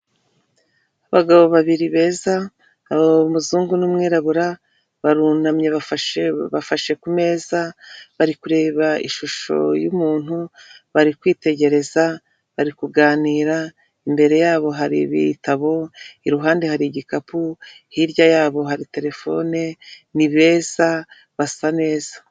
Abagabo babiri beza umuzungu n'umwirabura barunamye bafashe ku meza bari kureba ishusho yumuntu bari kwitegereza bari kuganira imbere yabo hari ibitabo iruhande hari igikapu hirya yabo hari terefone ni beza basa neza .